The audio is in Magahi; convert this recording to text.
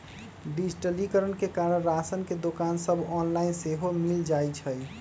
डिजिटलीकरण के कारण राशन के दोकान सभ ऑनलाइन सेहो मिल जाइ छइ